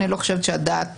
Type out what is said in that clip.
אני לא חושבת שהדעת